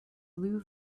blue